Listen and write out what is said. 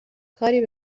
کاری